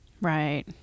Right